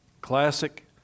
classic